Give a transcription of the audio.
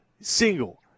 single